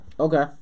Okay